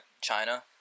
China